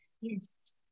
Yes